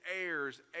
heirs